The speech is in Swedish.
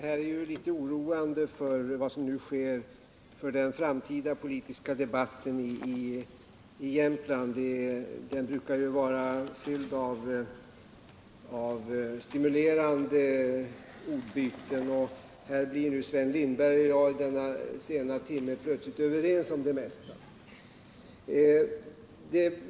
Herr talman! Vad som nu sker är litet oroande för den framtida politiska debatten i Jämtland. Den brukar vara fylld av stimulerande ordbyten. Här blir nu Sven Lindberg och jag i denna sena timme plötsligt överens om det mesta.